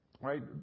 right